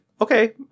okay